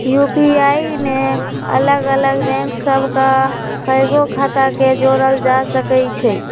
UPI में अलग अलग बैंक सभ के कएगो खता के जोड़ल जा सकइ छै